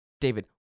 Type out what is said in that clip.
david